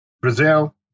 Brazil